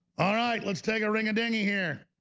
all right, let's take a ring-a-ding you here?